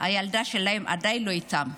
והילדה שלהם עדיין לא איתם.